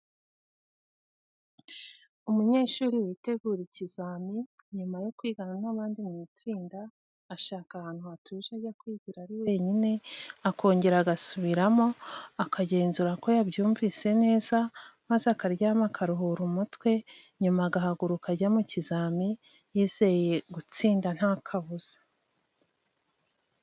Umunyeshuri witegura ikizamini, nyuma yo kwigana n'abandi mu itsinda, ashaka ahantu hatuje, ajya kwigira ari wenyine, akongera agasubiramo, akagenzura ko yabyumvise neza, maze akaryama akaruhura umutwe, nyuma agahaguruka ajya mu kizamini yizeye gutsinda nta kabuza.